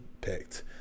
picked